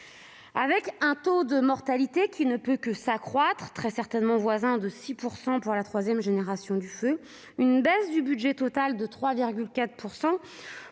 Avec un taux de mortalité qui ne peut que s'accroître et qui est certainement voisin de 6 % pour la troisième génération du feu, une baisse du budget total de 3,4